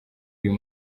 uyu